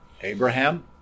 Abraham